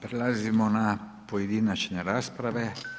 Prelazimo na pojedinačne rasprave.